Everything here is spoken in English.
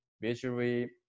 visually